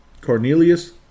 Cornelius